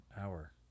hour